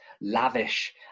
lavish